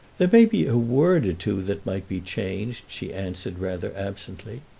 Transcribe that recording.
there may be a word or two that might be changed, she answered, rather absently.